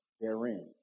therein